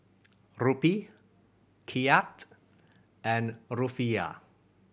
Rupee Kyat and Rufiyaa